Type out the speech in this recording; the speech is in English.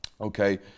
okay